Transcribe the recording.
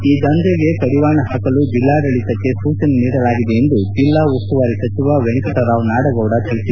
ಈ ದಂಧೆಗೆ ಕಡಿವಾಣ ಹಾಕಲು ಜಿಲ್ಲಾಡಳಿತಕ್ಕೆ ಸೂಚನೆ ನೀಡಲಾಗಿದೆ ಎಂದು ಜಿಲ್ಲಾ ಉಸ್ತುವಾರಿ ಸಚಿವ ವೆಂಕಟರಾವ್ ನಾಡಗೌಡ ಹೇಳಿದ್ದಾರೆ